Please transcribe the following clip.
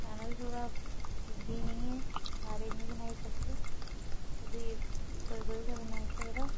ते बनाना बी थोह्ड़ा एह्बी निं ऐ सारे निं बनाई सकदे ओह्बी कोई कोई गै बनाई सकदा